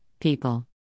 people